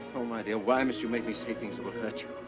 oh my dear, why must you make me say things that will hurt you?